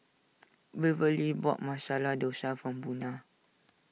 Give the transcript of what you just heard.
Waverly bought Masala Dosa from Buna